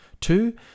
two